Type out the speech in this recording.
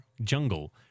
jungle